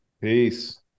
Peace